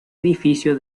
edificio